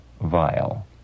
vile